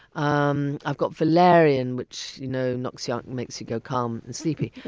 um i've got valarian which you know knocks you out and makes you go calm and sleepy.